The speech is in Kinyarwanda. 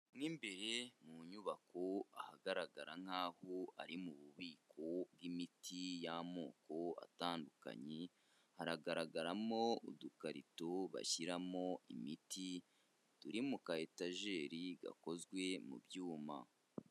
Mo imbere mu nyubako ahagaragara nkaho ari mu bubiko bwimiti y'amoko atandukanye, haragaragaramo udukarito bashyiramo imiti, turi mu kayitajeri gakozwe mu byuma.